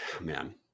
man